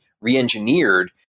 re-engineered